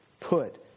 put